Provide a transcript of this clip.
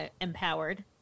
empowered